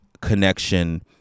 connection